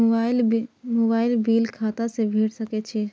Mobile bill खाता से भेड़ सके छि?